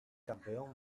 campeón